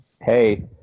Hey